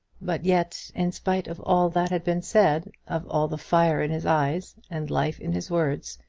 but yet, in spite of all that had been said, of all the fire in his eyes, and life in his words,